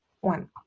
one